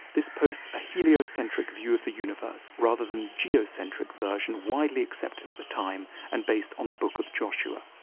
this post a heliocentric view of the universe rather than geocentric version widely accepted at the time and based on the book of joshua.